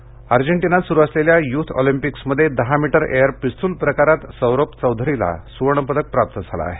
Olympics अजेन्टिनात सुरु असलेल्या युथ ऑलिम्पिक्समध्ये दहा मीटर एअर पिस्तूल प्रकारात सौरभ चौधरीला सुवर्ण पदक प्राप्त झालं आहे